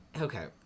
okay